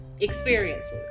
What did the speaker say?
experiences